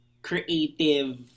Creative